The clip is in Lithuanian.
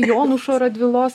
jonušo radvilos